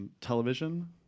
Television